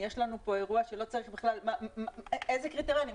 יש לנו פה אירוע שלא צריך בכלל, איזה קריטריונים?